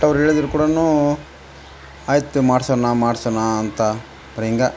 but ಅವ್ರು ಹೇಳಿದ್ರ್ ಕೂಡ ಆಯಿತು ಮಾಡ್ಸೋಣ ಮಾಡ್ಸೋಣ ಅಂತ ಹಿಂಗೆ